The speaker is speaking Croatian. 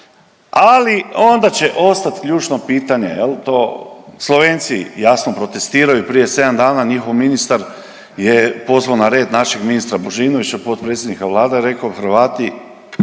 ali onda će ostat ključno pitanje jel, to Slovenci jasno protestiraju, prije 7 dana njihov ministar je pozvao na red našeg ministra Božinovića, potpredsjednika Vlade i rekao Hrvati